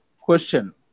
question